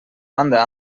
banda